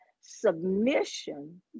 submission